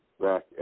back